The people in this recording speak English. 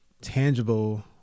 tangible